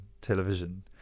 television